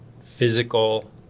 physical